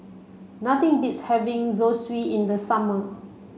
nothing beats having Zosui in the summer